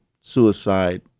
suicide